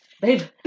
Babe